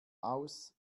aus